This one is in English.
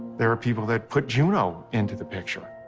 there are people that put juno into the picture.